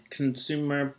consumer